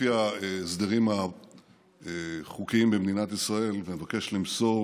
לפי ההסדרים החוקיים במדינת ישראל, מבקש למסור